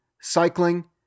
cycling